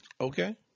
Okay